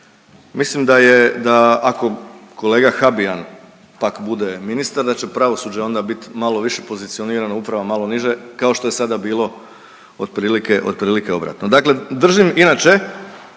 Mislim da je da ako kolega Habijan pak bude ministar da će pravosuđe onda bit malo više pozicionirano, uprava malo niže kao što je sada bilo otprilike obratno. Dakle, držim inače